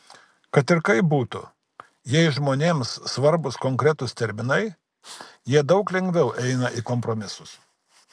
kad ir kaip būtų jei žmonėms svarbūs konkretūs terminai jie daug lengviau eina į kompromisus